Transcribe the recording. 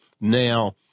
Now